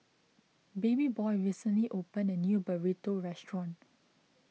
Babyboy recently opened a new Burrito restaurant